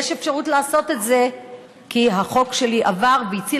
יש אפשרות לעשות את זה כי החוק שלי עבר והציל